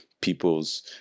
people's